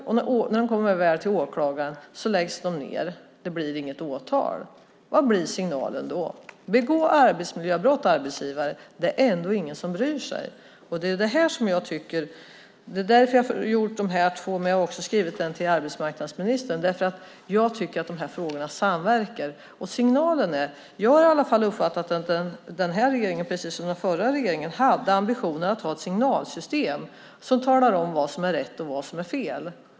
När de väl kommer till åklagaren läggs de ned. Det blir inget åtal. Vad blir signalen då? Begå arbetsmiljöbrott, arbetsgivare! Det är ändå ingen som bryr sig. Det är därför jag har skrivit de här två interpellationerna. Jag har också skrivit en till arbetsmarknadsministern, för jag tycker att de här frågorna samverkar. Jag har i alla fall uppfattat att den här regeringen, precis som den förra regeringen, hade ambitionen att ha ett signalsystem som talar om vad som är rätt och vad som är fel.